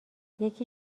یکی